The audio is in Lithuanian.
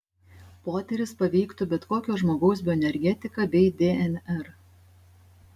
potyris paveiktų bet kokio žmogaus bioenergetiką bei dnr